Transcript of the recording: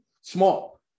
small